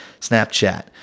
Snapchat